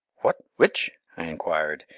what? which? i enquired,